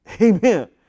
Amen